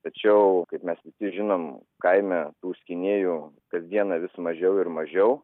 tačiau kaip mes visi žinom kaime tų skynėjų kas dieną vis mažiau ir mažiau